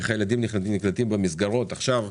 איך הילדים נקלטים במסגרות עכשיו,